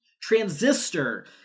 Transistor